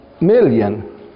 million